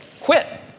quit